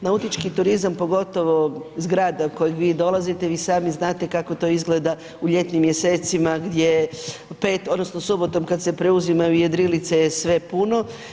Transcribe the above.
Nautički turizam, pogotovo iz grada iz kojeg vi dolazite, vi sami znate kako to izgleda u ljetnim mjesecima gdje, odnosno subotom kad se preuzimaju jedrilice je sve puno.